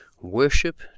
Worship